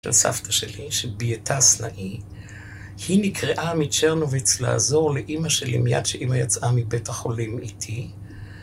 של סבתא שלי, שבייתה סנאי היא נקראה מצ׳רנוביץ לעזור לאימא שלי מיד כשאימא יצאה מבית החולים איתי